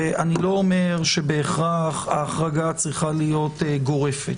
ואני לא אומר שבהכרח ההחרגה צריכה להיות גורפת.